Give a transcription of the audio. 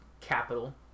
capital